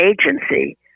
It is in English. Agency